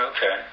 Okay